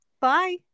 bye